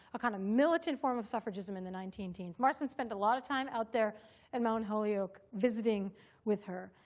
a kind of militant form of suffragism in the nineteen ten s. marston spent a lot of time out there in mount holyoke visiting with her.